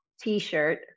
t-shirt